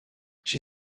she